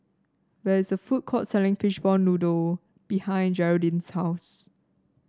there is a food court selling Fishball Noodle behind Jeraldine's house